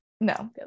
no